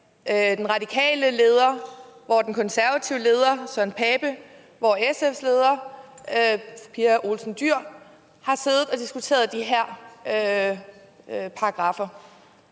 den radikale leder, hvor den konservative leder, og hvor SF's leder, fru Pia Olsen Dyhr, har siddet og diskuteret de her paragraffer,